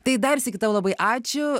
tai dar sykį tau labai ačiū